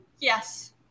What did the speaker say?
Yes